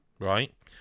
Right